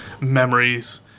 memories